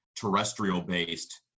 terrestrial-based